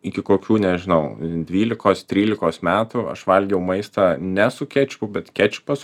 iki kokių nežinau dvylikos trylikos metų aš valgiau maistą ne su kečupu bet kečupas